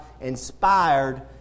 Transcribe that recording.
inspired